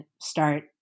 start